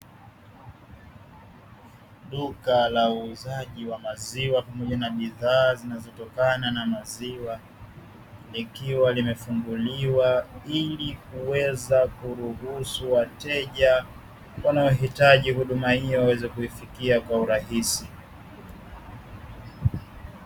Duka la uuzaji wa maziwa pamoja na bidhaa zinazotokana na maziwa likiwa limefunguliwa, ili kuweza kuruhusu wateja wanaohitaji huduma hiyo waweze kuifikia kwa urahisi.